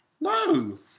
No